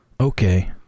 Okay